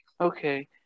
Okay